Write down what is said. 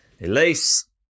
Elise